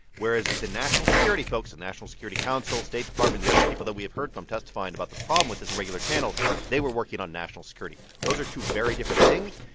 whereas the national security folks and national security council, state department, the other people that we have heard from testifying about the problem with this irregular channel they were working on national security. those are two very different things,